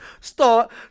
start